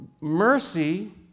mercy